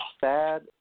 sad